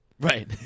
Right